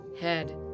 head